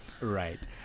Right